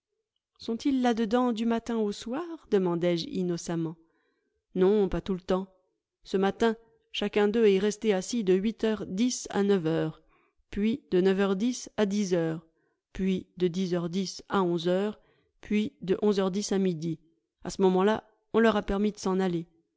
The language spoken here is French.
sont-ils là-dedans du matin au soir demandaije innocemment non pas tout le temps ce matin chacun d'eux est resté assis de huit heures dix à neuf heures puis de neuf heures dix à dix heures puis de dix heures dix à onze heures puis de onze heures dix à midi a ce moment-là on leur a permis de s'en aller